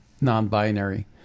non-binary